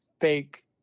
fake